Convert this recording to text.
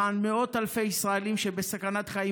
למען מאות אלפי ישראלים שהם בסכנת חיים